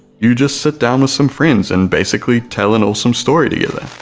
you just sit down with some friends and basically tell an awesome story together.